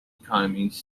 economies